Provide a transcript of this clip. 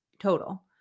total